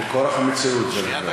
מכורח המציאות זה נובע.